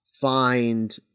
find